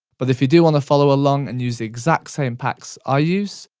but if you do wanna follow along and use the exact same packs i use,